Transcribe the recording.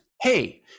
hey